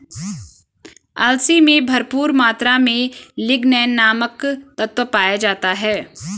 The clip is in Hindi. अलसी में भरपूर मात्रा में लिगनेन नामक तत्व पाया जाता है